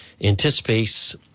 anticipates